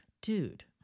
dude